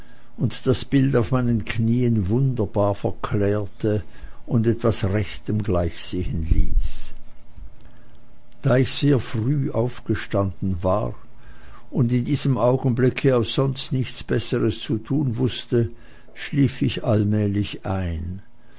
und das bild auf meinen knien wunderbar verklärte und etwas rechtem gleichsehen ließ da ich sehr früh aufgestanden war und in diesem augenblicke auch sonst nichts besseres zu tun wußte schlief ich allmählich ein